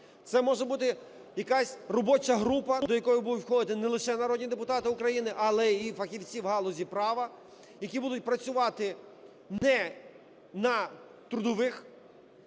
Це може бути якась робоча група, до якої будуть входити не лише народні депутати України, але і фахівці в галузі права, які будуть працювати не на трудових